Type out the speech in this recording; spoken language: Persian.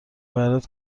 برات